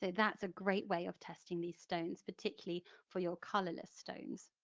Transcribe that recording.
that's a great way of testing these stones particularly for your colourless stones,